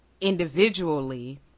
individually